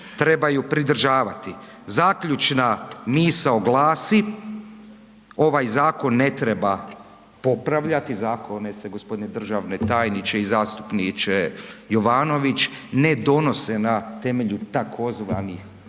trebaju pridržavati. Zaključna misao glasi, ovaj zakon ne treba popravljati, zakone se gospodine državni tajniče i zastupniče Jovanović ne donose na temelju tzv.